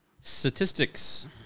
Statistics